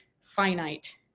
finite